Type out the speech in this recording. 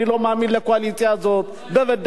אני לא מאמין לקואליציה הזאת, אתה לא חייב.